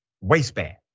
waistband